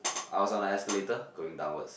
I was on the escalator going downwards